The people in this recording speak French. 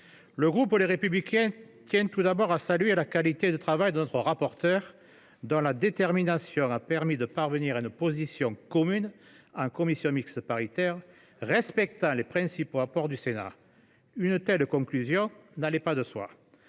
le groupe Les Républicains tient tout d’abord à saluer la qualité du travail de notre rapporteure, dont la détermination a permis de parvenir à une position commune en commission mixte paritaire, préservant les principaux apports du Sénat. Une telle conclusion n’allait pas de soi.